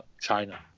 China